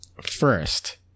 first